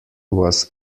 was